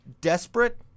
desperate